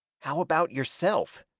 how about yourself?